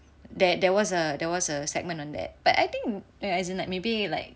that there was a there was a segment on that but I think there as in like maybe like